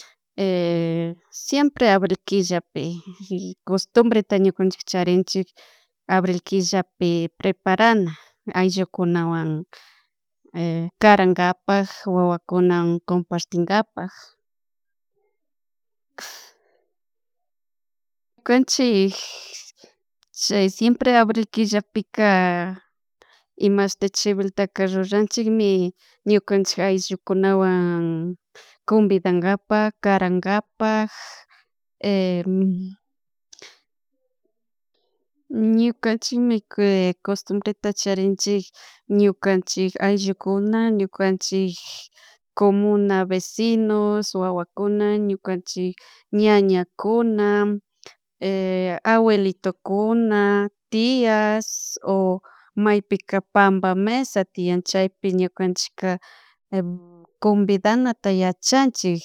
siempre abril killapi costumbreta ñukanchik charinchik abril killapi preparana ayllukunawan karankapak wawakunan compartinkapak kunchik chay simpre abril killa pika imashta chiwiltaka ruranchikmi ñukanchik ayllukunawan conbidangapak karangapak ñukanchikmi costumbreta charinchik ñukanchik ayllukuna ñukanchik comuna vecinos wawakuna ñukanchik ñañakuna abuelitokuna tias o maypika pambamesa tian chaypi ñukanchikka combidanata yachanchik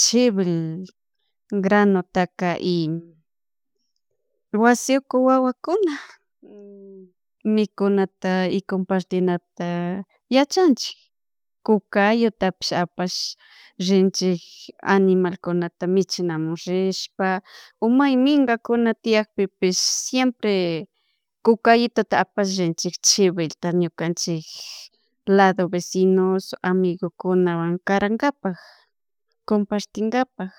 chiwil granutaka y wasiuku wawakun mikunata y compartinata yachanchik kukayutapish apash rinchik animalkunata michinamun rishpa o may mingakunatiyakpipish siempre kukayituta apash rinchik chiwilta ñukanchik lado vecinos, amigukunawan karankapak compartenkapak